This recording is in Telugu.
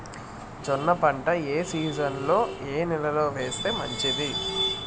జొన్న పంట ఏ సీజన్లో, ఏ నెల లో వేస్తే మంచిది?